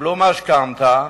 קיבלו משכנתה,